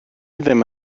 ddim